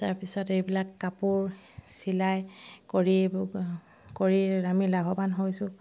তাৰপিছত এইবিলাক কাপোৰ চিলাই কৰি কৰি আমি লাভৱান হৈছোঁ